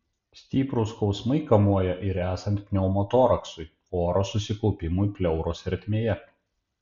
stiprūs skausmai kamuoja ir esant pneumotoraksui oro susikaupimui pleuros ertmėje